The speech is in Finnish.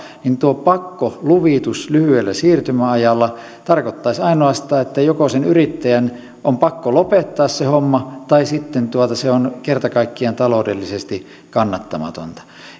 niin tuo pakkoluvitus lyhyellä siirtymäajalla tarkoittaisi ainoastaan että joko sen yrittäjän on pakko lopettaa se homma tai sitten se on kerta kaikkiaan taloudellisesti kannattamatonta